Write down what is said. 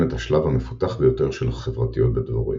את השלב המפותח ביותר של חברתיות בדבורים.